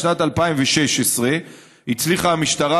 בשנת 2016 הצליחה המשטרה,